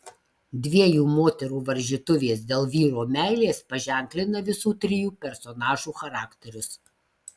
dviejų moterų varžytuvės dėl vyro meilės paženklina visų trijų personažų charakterius